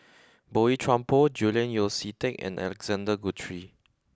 Boey Chuan Poh Julian Yeo See Teck and Alexander Guthrie